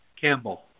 Campbell